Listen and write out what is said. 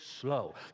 slow